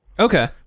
Okay